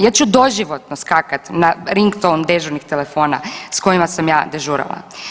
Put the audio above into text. Ja ću doživotno skakat na ring ton dežurnih telefona s kojima sam ja dežurala.